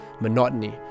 monotony